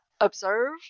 observe